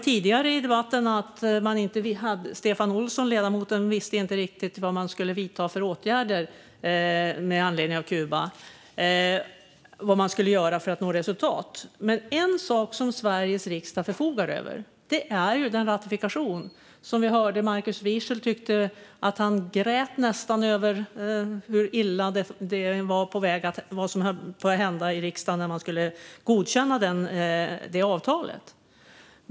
Ledamoten Stefan Olsson visste inte riktigt vad man skulle vidta för åtgärder med anledning av Kuba och vad man skulle göra för att nå resultat. Men en sak som Sveriges riksdag förfogar över är ratifikationen. Vi hörde att Markus Wiechel nästan grät för att han tyckte det var så illa när riksdagen skulle godkänna avtalet.